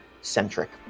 centric